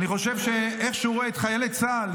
ואני חושב שאיך שהוא רואה את חיילי צה"ל,